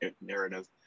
narrative